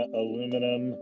aluminum